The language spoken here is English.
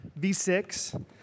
V6